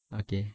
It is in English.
okay